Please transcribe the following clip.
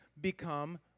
become